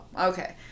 Okay